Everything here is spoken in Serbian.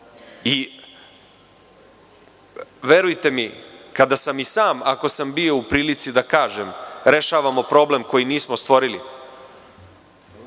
borimo. Verujte mi, kada sam i sam, ako sam bio u prilici da kažem, rekao da rešavamo problem koji nismo stvorili,